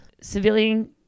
civilian